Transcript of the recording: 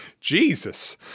jesus